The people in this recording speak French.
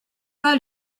pas